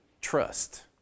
trust